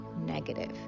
negative